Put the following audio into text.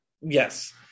yes